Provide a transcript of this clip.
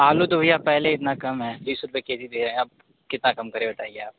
आलू तो भैया पहले ही इतना कम है बीस रुपये के जी दिए हैं अब कितना कम करें बताइए आप